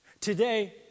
Today